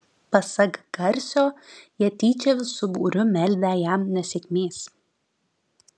pasak garsio jie tyčia visu būriu meldę jam nesėkmės